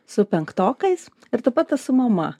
su penktokais ir taip pat esu mama